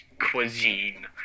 cuisine